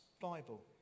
Bible